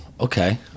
okay